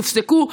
יופסקו,